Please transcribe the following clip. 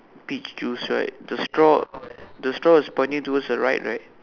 peach juice right the straw the straw is pointing towards the right right